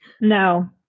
No